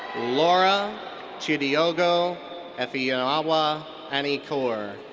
laura chidiogo ifeeyinwa aniakor.